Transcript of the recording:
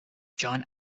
john